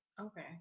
okay